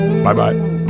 Bye-bye